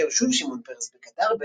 ביקר שוב שמעון פרס בקטר,